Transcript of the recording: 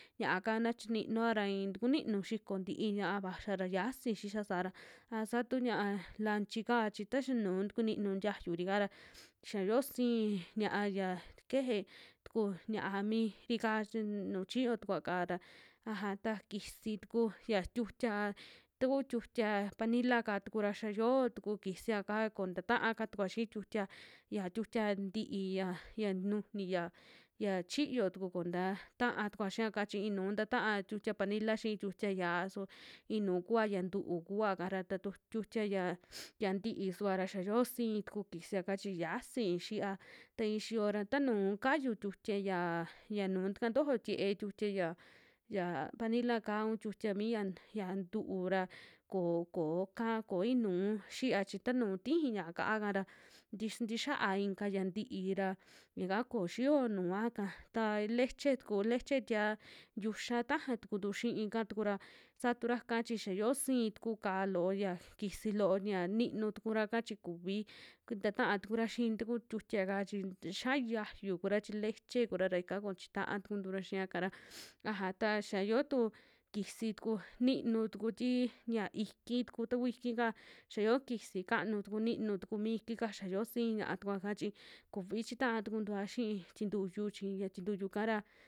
Ñaa ka na chinuoa ra i'i kuninu xiko tii ña'a vaxia ra xiasi xixia saara, a saatu ña'a lanchika chi ta xianuu kuninu ntiayuri'ka ra xia yo'o sii ñia'a ya keje tuku ña'a miri'ka chi nu chiyo tukuaka ra, aja ta kisi tuku xia tiutiaa taku tiutia panilaka tuku ra xia yo'o tuku kisia'ka koo ntataaka tukua xii tiutia, ya tiutia tií ya, ya nujuni ya, ya chiyo tuku konta taa tukua xiaka chi i'inuu tataa tiutia panila xii tiutia ya'a su inuu kua ya ntu'u kuuva ika ra, ta tu tiutia ya ya ntií suva ra xa yio sii tuku kisiaka chi yasii xia, ta i'i xiyo ra ta nuu kayu tiutia ya, ya nu takantojo tie tiutia ya, ya panila'ka un tiutia ya miya ya ntu'u ra ko, ko koka koo inuu xiia chi tanu tiji ña'a ka'a kara tix- tisinti xiaa ikan ya ntií ra yaka kuxio nuaka, taa leche tuku, leche tia yuxa taja tukuntu xiika tuku ra saa turaka chi xia yo'o sii tuku ka'á loo ya, kisi loo ya ninu tukura'ka chi kuvi tataa tukura xii taku tiutia'ka chi texia yiayu kura chi leche kura ra, ika ku chitaa tukuntura xiaka ra, aja ta xia yootu kisi tuku ninu tuku tii ña iki tuku, taku iki'ka xia yo'o kisi kanuu tuku ninu tuku mi iki'ka xa yo'o sin ña'a tukua'ka chi kuvi chitaa tukuntua xii tintuyu chi ya tintuyu'ka ra.